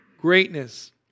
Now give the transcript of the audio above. Greatness